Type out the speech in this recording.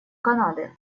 канады